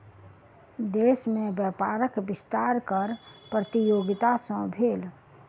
देश में व्यापारक विस्तार कर प्रतियोगिता सॅ भेल